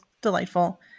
delightful